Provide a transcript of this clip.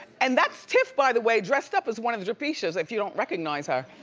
and that's tiff by the way, dressed up as one of the dripeesha's, if you don't recognize her.